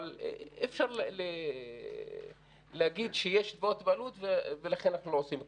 אבל אי-אפשר להגיד שיש תביעות בעלות ולכן אנחנו לא עושים כלום.